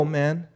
man